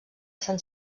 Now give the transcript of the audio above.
sant